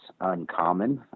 uncommon